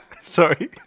Sorry